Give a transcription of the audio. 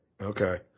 okay